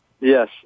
Yes